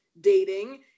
dating